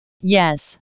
Yes